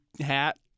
hat